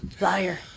Liar